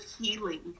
healing